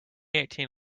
eigtheen